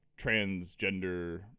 transgender